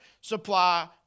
supply